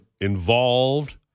involved